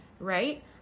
right